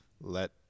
let